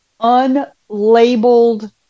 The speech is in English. unlabeled